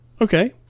Okay